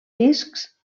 discs